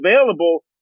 available